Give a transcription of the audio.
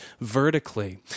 vertically